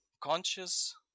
conscious